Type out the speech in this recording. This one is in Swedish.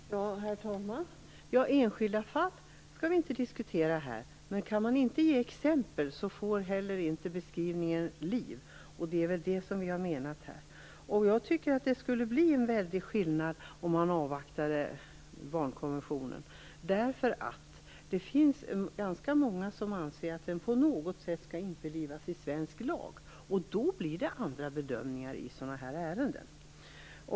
Herr talman! Enskilda fall skall vi inte diskutera här. Men om man inte kan ge exempel, får inte heller beskrivningen liv. Det skulle bli en väldig skillnad om man avvaktade Barnkonventionen. Det finns nämligen ganska många som anser att den på något sätt skall införlivas i svensk lag, och då blir det andra bedömningar i sådana här ärenden.